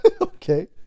Okay